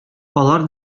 алар